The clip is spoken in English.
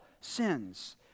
sins